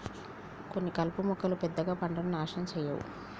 కొన్ని కలుపు మొక్కలు పెద్దగా పంటను నాశనం చేయవు